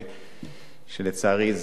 ולצערי,